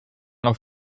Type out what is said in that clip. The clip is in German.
auf